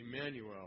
Emmanuel